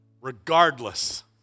regardless